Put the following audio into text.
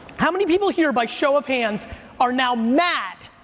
how many people here by show of hands are now mad,